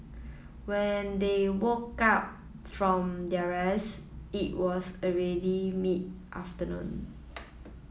when they woke up from their rest it was already mid afternoon